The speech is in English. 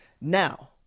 now